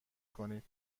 کنید